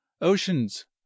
Oceans